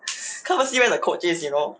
can't even see where the coach is you know